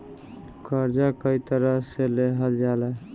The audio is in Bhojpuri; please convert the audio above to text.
कर्जा कई तरह से लेहल जाला